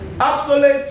obsolete